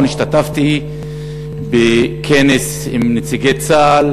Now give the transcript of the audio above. זאת, בשבוע האחרון השתתפתי בכנס עם נציגי צה"ל,